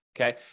Okay